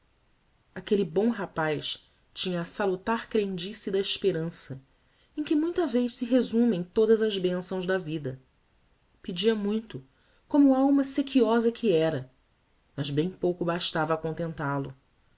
aquelle bom rapaz tinha a salutar crendice da esperança em que muita vez se resumem todas as bençãos da vida pedia muito como alma sequiosa que era mas bem pouco bastava a